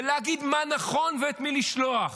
ולהגיד מה נכון ואת מי לשלוח.